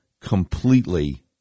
completely